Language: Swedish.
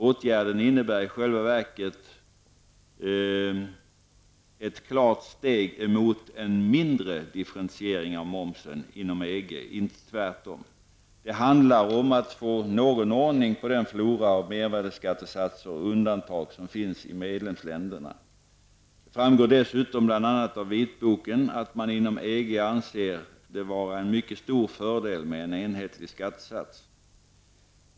Åtgärden innebär i själva verket ett klart steg emot en mindre differentiering av momsen inom EG, inte tvärtom. Det handlar om att få någon ordning på den flora av mervärdeskattesatser och undantag som finns i medlemsländerna. Det framgår dessutom bl.a. av Vitboken att man inom EG anser det vara en mycket stor fördel med en enhetlig skattesats.